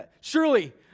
Surely